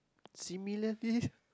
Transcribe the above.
similarly